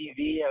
TV